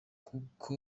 kuko